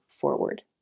forward